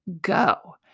go